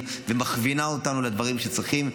ומכווינה אותנו לדברים שצריכים,